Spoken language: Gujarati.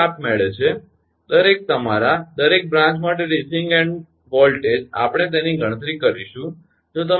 તેથી આ આપમેળે છે દરેક તમારા દરેક બ્રાંચ માટે રિસીવીંગ એન્ડ વોલ્ટેજ આપણે તેની ગણતરી કરીશુ